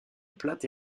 plate